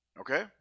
Okay